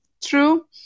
true